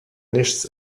nichts